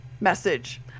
message